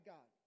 God